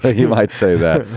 he might say that,